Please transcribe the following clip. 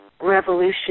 revolution